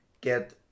get